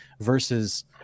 versus